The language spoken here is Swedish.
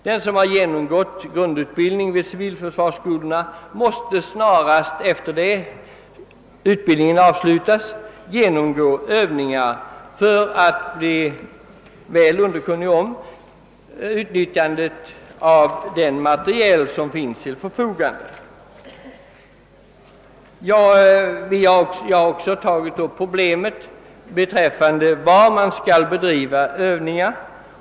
Den som genomgått grundutbildning vid civilförsvarets skolor måste snarast efter utbildningens avslutning vara med om Övningar för att bli väl underkunnig om utnyttjandet av den materiel som står till förfogande. Jag har också tagit upp problemet beträffande var man skall bedriva övningar.